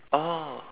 oh